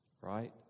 right